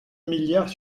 milliards